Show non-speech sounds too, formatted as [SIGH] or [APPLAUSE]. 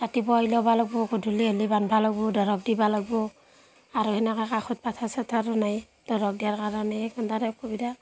ৰাতিপুৱা উলিয়াব লাগিব গধূলি হ'লে বান্ধিব লাগিব দৰব দিব লাগিব আৰু সেনেকৈ কাষত পথাৰ চথাৰো নাই দৰব দিয়াৰ কাৰণে [UNINTELLIGIBLE] অসুবিধা